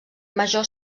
major